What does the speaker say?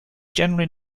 generally